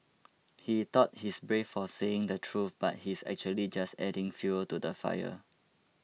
he thought he's brave for saying the truth but he's actually just adding fuel to the fire